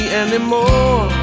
anymore